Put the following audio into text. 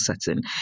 setting